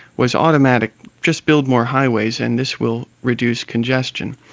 was automatic just build more highways and this will reduce congestion.